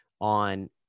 on